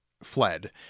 Fled